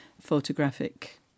photographic